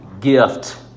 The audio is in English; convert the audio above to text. gift